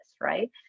right